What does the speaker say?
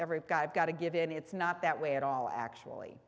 every guy i've got a given it's not that way at all actually